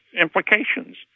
implications